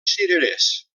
cirerers